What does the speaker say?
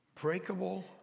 breakable